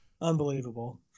Unbelievable